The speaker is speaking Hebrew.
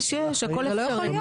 יש יש הכל אפשרי.